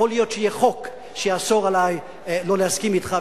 יכול להיות שיהיה חוק שיאסור עלי לא להסכים אתך.